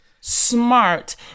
smart